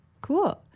cool